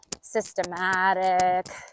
systematic